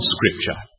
Scripture